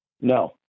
No